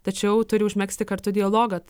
tačiau turi užmegzti kartu dialogą